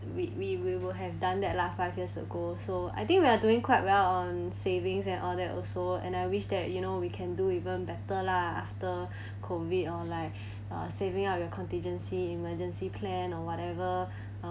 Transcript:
we we we will have done that lah last five years ago so I think we are doing quite well on savings and all that also and I wish that you know we can do even better lah after COVID or like saving up your contingency emergency plan or whatever uh